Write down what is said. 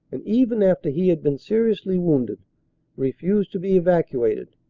and even after he had been ser iously wounded refused to be evacuated,